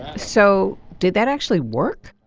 so did that actually work?